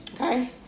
okay